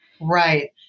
Right